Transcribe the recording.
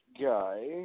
guy